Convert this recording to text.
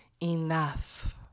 enough